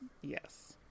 Yes